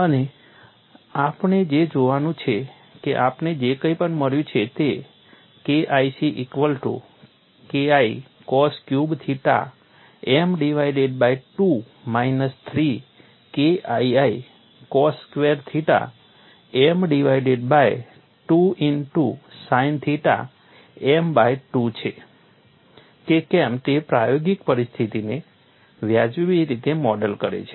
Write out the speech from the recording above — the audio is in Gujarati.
અને આપણે એ જોવાનું છે કે આપણને જે કંઈ પણ મળ્યું છે તે KIC equal to KI cos cube theta m divided by 2 minus 3 KII cos square theta m divided by 2 into sine theta m by 2 છે કે કેમ તે પ્રાયોગિક પરિસ્થિતિને વ્યાજબી રીતે મોડેલ કરે છે